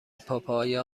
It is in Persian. پاپایا